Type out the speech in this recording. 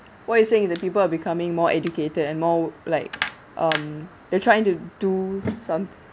what you're saying that people are becoming more educated and more like um they're trying to do some